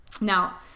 Now